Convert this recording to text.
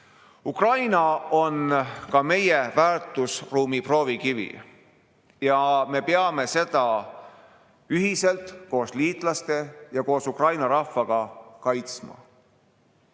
Ukraina on ka meie väärtusruumi proovikivi. Me peame seda ühiselt koos liitlaste ja Ukraina rahvaga kaitsma.